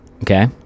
Okay